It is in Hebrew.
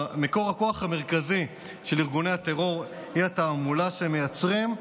מקור הכוח המרכזי של ארגוני הטרור הוא התעמולה שהם מייצרים,